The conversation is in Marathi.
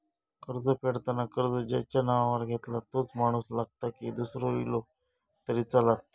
कर्ज फेडताना कर्ज ज्याच्या नावावर घेतला तोच माणूस लागता की दूसरो इलो तरी चलात?